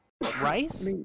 Rice